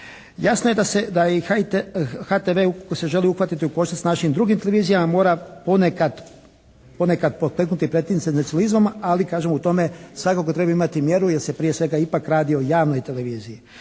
Jasno je da se, da i HTV ukoliko se želi uhvatiti u koštac s našim drugim televizijama mora ponekad pokleknuti pred tim senzacionalizmom, ali kažem u tome svakako treba imati mjerilo jer se prije svega radi o javnoj televiziji.